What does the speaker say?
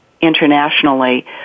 internationally